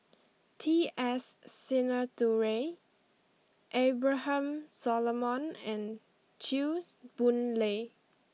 T S Sinnathuray Abraham Solomon and Chew Boon Lay